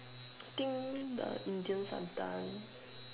think the Indians are done